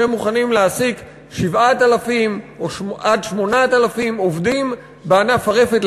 שהם מוכנים להעסיק 7,000 8,000 עובדים בענף הרפת,